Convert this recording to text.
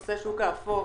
נושא השוק האפור.